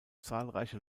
zahlreiche